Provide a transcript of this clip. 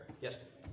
Yes